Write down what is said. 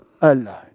alone